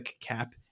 cap